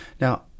Now